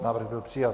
Návrh byl přijat.